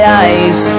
eyes